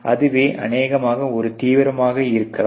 இது அநேகமாக ஒரு தீவிரமானதாக இருக்கலாம்